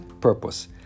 purpose